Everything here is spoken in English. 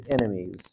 enemies